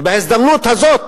ובהזדמנות הזאת